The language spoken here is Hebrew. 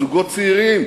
זוגות צעירים,